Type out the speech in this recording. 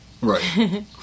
right